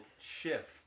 shift